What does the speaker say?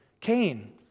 Cain